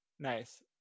Nice